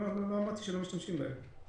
לא אמרתי שלא משתמשים בהם.